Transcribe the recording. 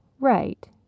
right